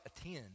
attend